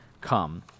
come